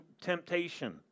temptation